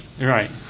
Right